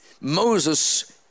Moses